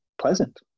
pleasant